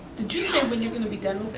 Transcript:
did you say when you're gonna be done